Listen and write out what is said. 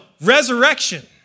resurrection